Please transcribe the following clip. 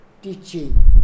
teaching